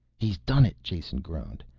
he's done it, jason groaned.